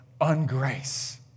ungrace